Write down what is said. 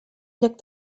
lloc